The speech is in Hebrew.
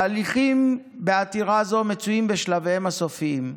ההליכים בעתירה זו מצויים בשלביהם הסופיים,